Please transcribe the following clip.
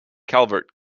calvert